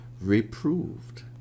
reproved